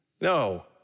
No